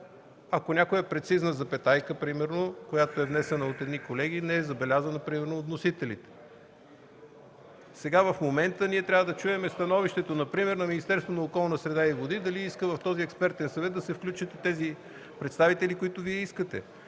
ако някоя прецизна запетайка, примерно, внесена от колеги, не е забелязана от вносителите. В момента ние трябва да чуем становището например на Министерството на околната среда и водите дали иска в този експертен съвет да се включат тези представители, които Вие искате